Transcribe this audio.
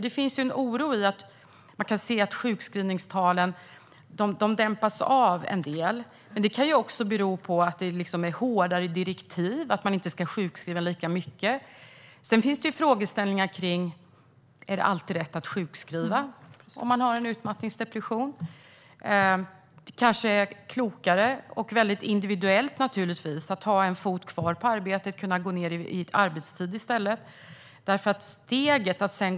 Det finns en oro när man ser att sjukskrivningstalen dämpas till en del, för det kan bero på att direktiven är hårdare: Man ska inte sjukskriva lika mycket. Det finns även frågeställningar om huruvida det alltid är rätt att sjukskriva om någon har en utmattningsdepression. Det kanske är klokare att ha en fot kvar på arbetet och i stället gå ned i arbetstid. Detta är naturligtvis väldigt individuellt.